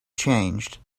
changed